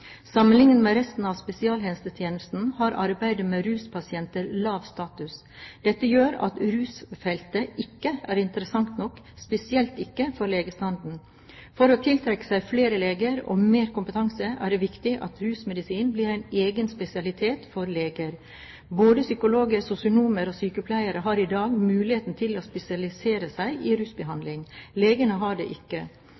med resten av spesialisthelsetjenesten har arbeidet med ruspasienter lav status. Dette gjør at rusfeltet ikke er interessant nok, spesielt ikke for legestanden. For å tiltrekke seg flere leger og mer kompetanse er det viktig at rusmedisin blir en egen spesialitet for leger. Både psykologer, sosionomer og sykepleiere har i dag muligheten til å spesialisere seg i